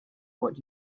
what